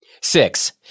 Six